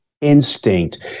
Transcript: instinct